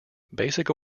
basic